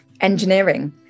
engineering